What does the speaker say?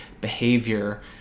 behavior